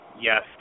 Yes